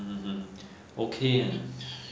mmhmm okay